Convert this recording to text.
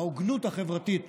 ההוגנות החברתית,